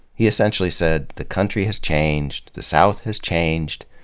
he essentially said, the country has changed. the south has changed.